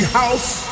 house